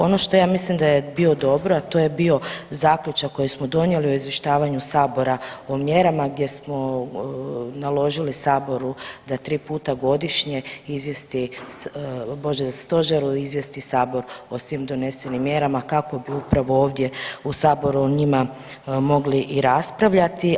Ono što ja mislim da je bio dobro, a to je bio zaključak koji smo donijeli o izvještavanju sabora o mjerama gdje smo naložili saboru da 2 puta godišnje izvijesti, bože stožeru izvijesti sabor o svim donesenim mjerama kako bi upravo ovdje u saboru o njima mogli i raspravljati.